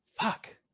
Fuck